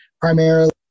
primarily